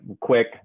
quick